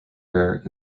rare